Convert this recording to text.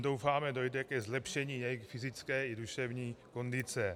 Doufáme, že tím dojde ke zlepšení jejich fyzické i duševní kondice.